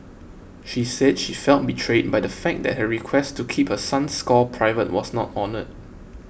she said she felt betrayed by the fact that her request to keep her son's score private was not honoured